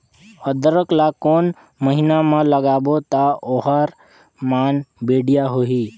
अदरक ला कोन महीना मा लगाबो ता ओहार मान बेडिया होही?